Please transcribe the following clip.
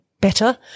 better